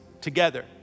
together